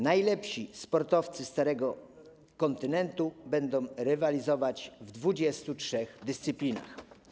Najlepsi sportowcy Starego Kontynentu będą rywalizować w 23 dyscyplinach.